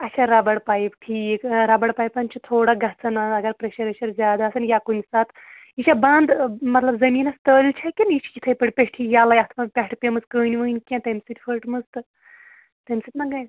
اچھا rubber pipe ٹھیٖک rubber پایپَن چھِ تھوڑا گژھان اَگر پریٚشَر ویٚشَر زیادٕ آسان یا کُنہِ ساتہٕ یہِ چھےٚ بَنٛد مطلب زٔمیٖنَس تٔلۍ چھےٚ کِنہٕ یہِ چھِ یِتھَے پٲٹھۍ پیٚٹھی یَلَے اَتھ ما پٮ۪ٹھٕ پیٚمٕژ کٔنۍ ؤنۍ کیٚنٛہہ تَمہِ سۭتۍ پھٔٹمٕژ تہٕ تَمہِ سۭتۍ مَہ گٔے